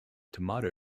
tomato